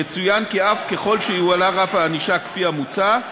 יצוין אף כי ככל שיועלה רף הענישה כפי המוצע,